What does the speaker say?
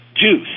juice